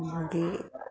मागीर